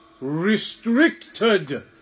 restricted